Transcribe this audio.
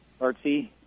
artsy